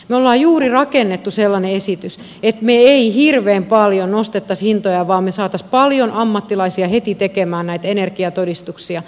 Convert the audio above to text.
me olemme juuri rakentaneet sellaisen esityksen että me emme hirveän paljon nostaisi hintoja vaan me saisimme paljon ammattilaisia heti tekemään näitä energiatodistuksia